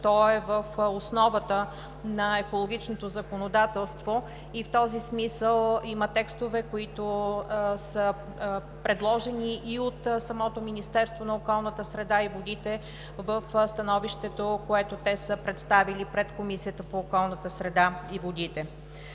той е в основата на екологичното законодателство, и в този смисъл има текстове, които са предложени и от самото Министерство на околната среда и водите в становището, което те са представили пред Комисията по околната среда и водите.